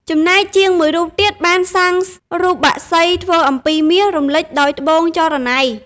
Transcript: ចំណែកជាងមួយរូបទៀត បានសាងរូបបក្សីធ្វើអំពីមាស រំលេចដោយត្បូងចរណៃ។